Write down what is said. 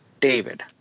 David